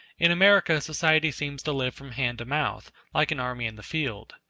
in america society seems to live from hand to mouth, like an army in the field.